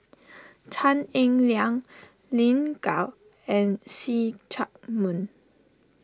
Tan Eng Liang Lin Gao and See Chak Mun